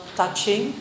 touching